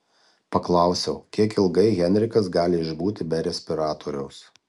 paklausiau kiek ilgai henrikas gali išbūti be respiratoriaus